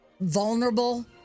vulnerable